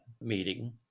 meeting